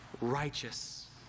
righteous